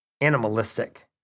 animalistic